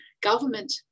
government